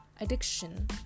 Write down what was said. addiction